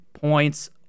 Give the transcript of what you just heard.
points